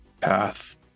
path